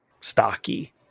stocky